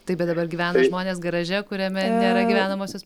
taip bet dabar gyvena žmonės garaže kuriame nėra gyvenamosios